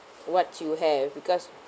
what you have because